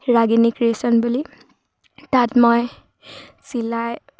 ৰাগিনী creation বুলি তাত মই চিলাই